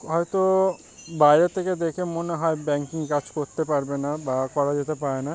হয়তো বাইরে থেকে দেখে মনে হয় ব্যাঙ্কিং কাজ করতে পারবে না বা করা যেতে পারে না